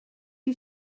you